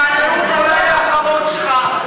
זה אולי הנאום האחרון שלך.